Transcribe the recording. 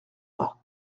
pas